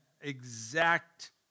exact